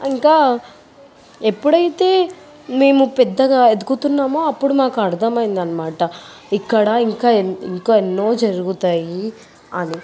ఇంకా ఎప్పుడైతే మేము పెద్దగా ఎదుగుతున్నామో అప్పుడు మాకు అర్థమైంది అన్నమాట ఇక్కడ ఇంకా ఎన్నో ఇంకా ఎన్నో జరుగుతాయి అని